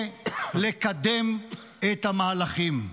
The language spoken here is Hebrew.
ולקדם את המהלכים.